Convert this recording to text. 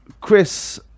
Chris